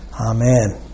Amen